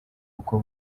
kuko